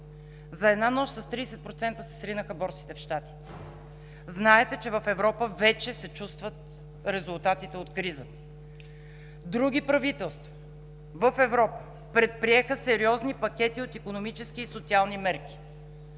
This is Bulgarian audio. За една нощ с 30% се сринаха борсите в Щатите. Знаете, че в Европа вече се чувстват резултатите от кризата. Други правителства в Европа предприеха сериозни пакети от икономически и социални мерки: